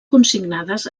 consignades